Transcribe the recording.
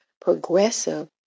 progressive